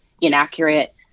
inaccurate